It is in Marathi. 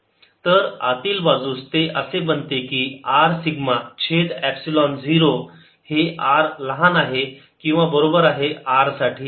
Vr14π04πR2rR20rr≥R तर आतील बाजूस ते असे बनते की R सिग्मा छेद एपसिलोन 0 हे r लहान आहे किंवा बरोबर आहे R साठी